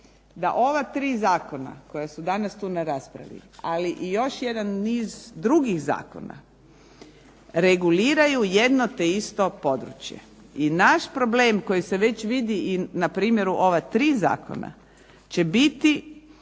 da ova tri zakona koja su danas tu u raspravi, ali i još jedan niz drugih zakona, reguliraju jedno te isto područje i naš problem koji se već vidi i na primjeru ova tri zakona će biti